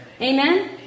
Amen